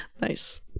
Nice